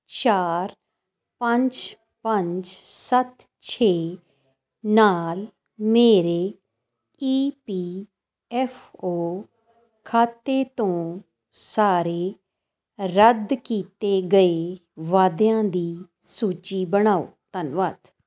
ਚਾਰ ਪੰਜ ਪੰਜ ਸੱਤ ਛੇ ਨਾਲ ਮੇਰੇ ਈ ਪੀ ਐੱਫ ਓ ਖਾਤੇ ਤੋਂ ਸਾਰੇ ਰੱਦ ਕੀਤੇ ਗਏ ਵਾਅਦਿਆਂ ਦੀ ਸੂਚੀ ਬਣਾਓ ਧੰਨਵਾਦ